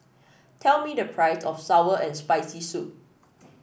tell me the price of sour and Spicy Soup